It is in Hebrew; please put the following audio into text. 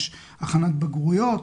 יש הכנת בגרויות,